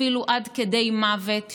אפילו עד כדי מוות,